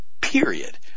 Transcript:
period